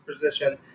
position